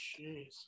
Jeez